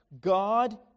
God